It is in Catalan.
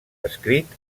escrit